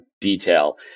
detail